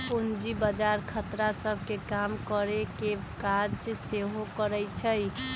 पूजी बजार खतरा सभ के कम करेकेँ काज सेहो करइ छइ